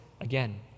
again